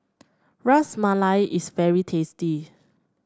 Ras Malai is very tasty